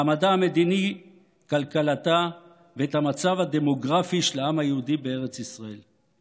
מעמדה המדיני וכלכלתה ואת המצב הדמוגרפי של העם היהודי בארץ ישראל.